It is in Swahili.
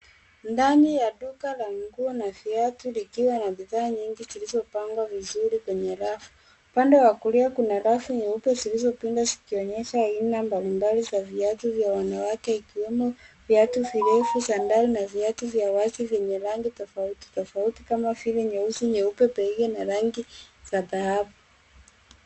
Ndani ya duka la nguo na viatu likiwa na bidhaa nyingi zilizopangwa kwa vizuri kwenye rafu. Upande wa kulia kuna rafu nyeupe zilizo pinda zikionyesha aina mbalimbali za viatu vya wanawake ikiwemo viatu vilivyo za ndani na viatu vya wazi venye rangi tofauti tofauti kama vile nyeusi, nyeupe peke na rangi za dhahabu.